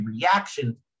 reaction